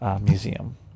Museum